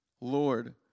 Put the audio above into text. Lord